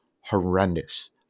horrendous